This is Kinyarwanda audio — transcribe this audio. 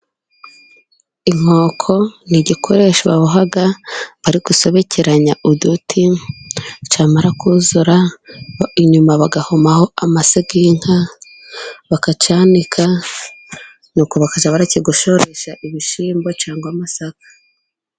Inkoko ni igikoresho baboha bari gusobekeranya uduti cyamara kuzura, inyuma bagahomaho amase y'inka, bakacyanika, nuko bakajya bakigosoresha ibishyimbo cyangwa amasaka.